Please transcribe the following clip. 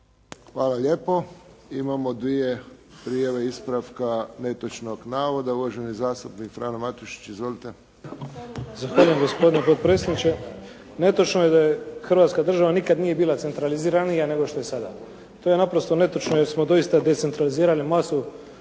Hvala lijepo. Imamo dvije prijave ispravka netočnog navoda. Uvaženi zastupnik Frano Matušić. Izvolite. **Matušić, Frano (HDZ)** Zahvaljujem gospodine potpredsjedniče. Netočno je da je, Hrvatska država nikad nije bila centraliziranija nego što je sada. To je naprosto netočno jer smo doista decentralizirali masu